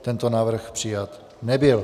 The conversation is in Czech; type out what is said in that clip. Tento návrh přijat nebyl.